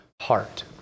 heart